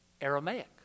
Aramaic